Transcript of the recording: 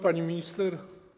Pani Minister!